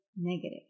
negative